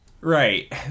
Right